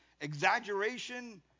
exaggeration